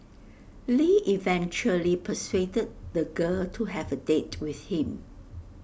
lee eventually persuaded the girl to have A date with him